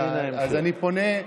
אז אני פונה,